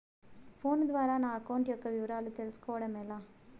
Phone ద్వారా నా account యొక్క వివరాలు తెలుస్కోవడం ఎలా?